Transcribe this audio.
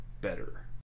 better